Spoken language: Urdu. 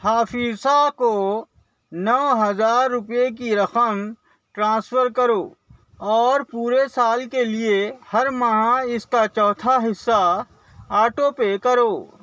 حفصہ کو نو ہزار روپے کی رقم ٹرانسفر کرو اور پورے سال کے لیے ہر ماہ اس کا چوتھا حصہ آٹو پے کرو